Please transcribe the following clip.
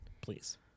Please